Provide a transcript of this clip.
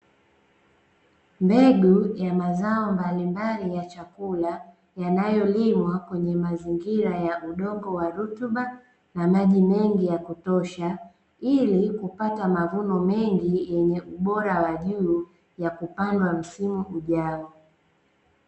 Mbegu ya mazao mbalimbali ya chakula yanayo limwa kwenye mazingira ya udongo wa rutuba na maji mengi ya kutosha, ili kupata mavuno mengi yenye ubora wa juu ya kupandwa msimu ujao.